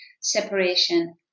separation